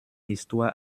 histoire